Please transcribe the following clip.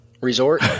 Resort